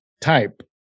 type